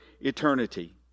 eternity